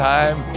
Time